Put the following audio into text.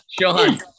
sean